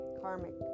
karmic